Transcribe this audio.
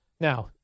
Now